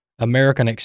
American